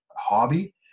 hobby